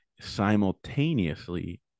simultaneously